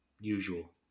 usual